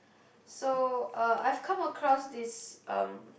so uh I've come across this um